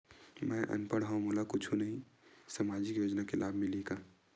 मैं अनपढ़ हाव मोला कुछ कहूं सामाजिक योजना के लाभ मिलही का?